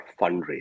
fundraising